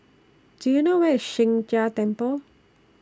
Do YOU know Where IS Sheng Jia Temple